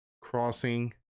Crossing